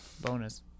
bonus